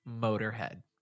motorhead